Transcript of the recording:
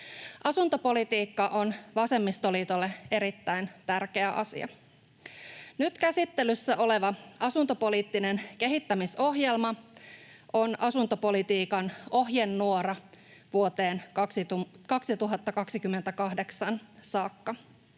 Asuntopolitiikka on vasemmistoliitolle erittäin tärkeä asia. Nyt käsittelyssä oleva asuntopoliittinen kehittämisohjelma on asuntopolitiikan ohjenuora vuoteen 2028 saakka.